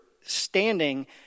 standing